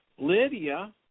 Lydia